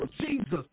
Jesus